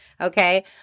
Okay